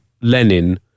Lenin